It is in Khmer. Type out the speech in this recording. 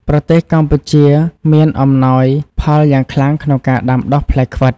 ប្រទេសកម្ពុជាមានអំណោយផលយ៉ាងខ្លាំងក្នុងការដាំដុះផ្លែខ្វិត។